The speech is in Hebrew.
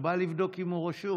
הוא בא לבדוק אם הוא רשום,